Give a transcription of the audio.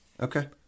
Okay